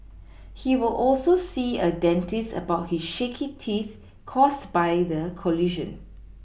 he will also see a dentist about his shaky teeth caused by the collision